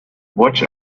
watch